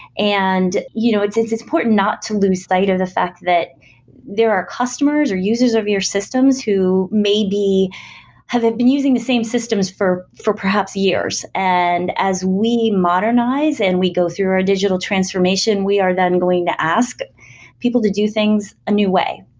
and you know it's it's important not to lose sight of the fact that there are customers or users of your systems who maybe have been using the same systems for for perhaps years, and as we modernize and we go through our digital transformation, we are then going to ask people to do things a new way.